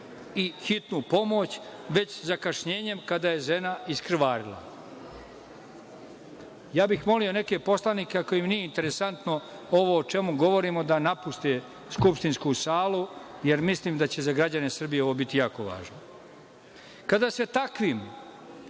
i hitnu pomoć, već sa zakašnjenjem kada je žena iskrvarila. Ja bih molio neke poslanike, ako im nije interesantno ovo o čemu govorimo, da napuste skupštinsku salu, jer mislim da će za građane Srbije ovo biti jako važno. Kada se takvim